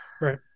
Right